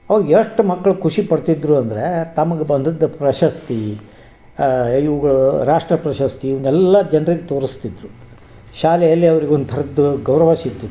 ಅವಾಗ ಎಷ್ಟು ಮಕ್ಳು ಖುಷಿ ಪಡ್ತಿದ್ದರು ಅಂದರೆ ತಮ್ಗೆ ಬಂದದ್ದು ಪ್ರಶಸ್ತಿ ಇವುಗಳು ರಾಷ್ಟ್ರ ಪ್ರಶಸ್ತಿ ಇವನ್ನೆಲ್ಲ ಜನ್ರಿಗೆ ತೋರಿಸ್ತಿದ್ರು ಶಾಲೆಯಲ್ಲಿ ಅವ್ರಿಗೊಂದು ಥರದ್ದು ಗೌರವ ಸಿಗ್ತಿತ್ತು